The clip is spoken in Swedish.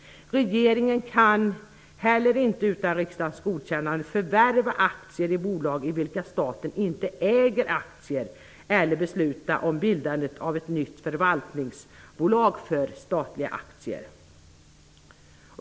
Regeringen kan heller inte utan riksdagens godkännande förvärva aktier i bolag i vilka staten inte äger aktier eller besluta om bildande av ett nytt förvaltningsbolag för statliga företag.